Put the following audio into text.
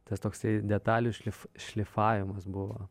tas toksai detalių šlifa šlifavimas buvo